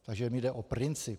Takže mně jde o princip.